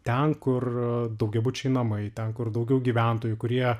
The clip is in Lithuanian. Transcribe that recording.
ten kur daugiabučiai namai ten kur daugiau gyventojų kurie